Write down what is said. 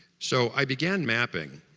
so, i began mapping.